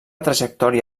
trajectòria